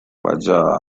qajar